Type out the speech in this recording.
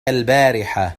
البارحة